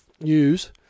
news